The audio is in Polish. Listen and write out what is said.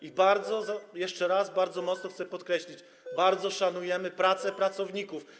I jeszcze raz bardzo mocno chcę podkreślić: bardzo szanujemy pracę pracowników.